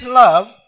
love